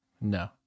No